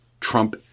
Trump